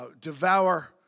devour